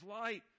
light